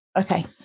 Okay